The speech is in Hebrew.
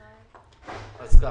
חברים,